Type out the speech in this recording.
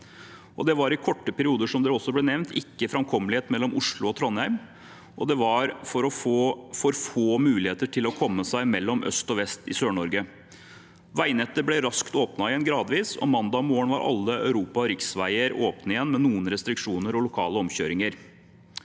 det også ble nevnt, ikke framkommelighet mellom Oslo og Trondheim, og det var for få muligheter til å komme seg mellom øst og vest i Sør-Norge. Veinettet ble raskt åpnet igjen, gradvis, og mandag morgen var alle europa- og riksveier åpne, med noen restriksjoner og lokale omkjøringer.